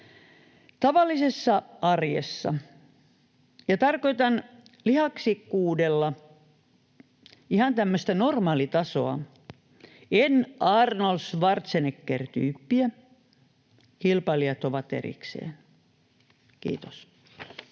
tavallisessa arjessa — ja tarkoitan lihaksikkuudella ihan tämmöistä normaalitasoa, en Arnold Schwarzenegger ‑tyyppiä, kilpailijat ovat erikseen. — Kiitos.